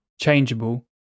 changeable